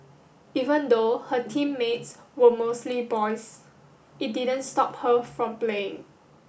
even though her teammates were mostly boys it didn't stop her from playing